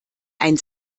ein